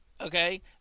okay